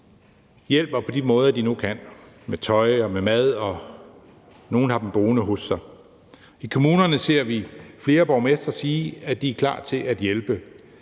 hjælper på de måder, de nu kan, med tøj og med mad, og nogle har dem boende hos sig. I kommunerne ser vi flere borgmestre sige, at de er klar til at hjælpe.